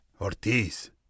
Ortiz